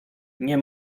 nie